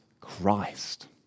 Christ